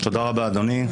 תודה רבה אדוני,